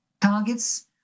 targets